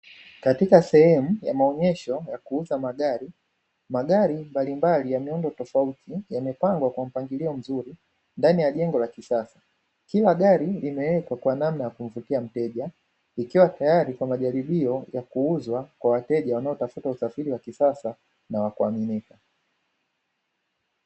Katika sehemu ya maonyesho ya kuuza magari, magari mbalimbali ya miundo tofauti yamepangwa kwa mpangilio mzuri ndani ya jengo la kisasa. Kila gari limewekwa kwa namna ya kumvutia mteja, ikiwa tayari kwa majaribio ya kuuuzwa kwa wateja wanaotafuta usafiri wa kisasa na wa kuaminika.